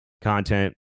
content